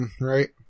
Right